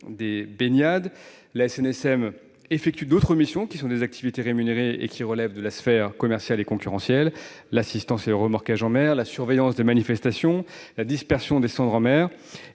des baignades. La SNSM exerce d'autres missions, qui sont des activités rémunérées et qui relèvent de la sphère commerciale et concurrentielle : l'assistance et le remorquage en mer, la surveillance des manifestations, la dispersion des cendres en mer.